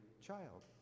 child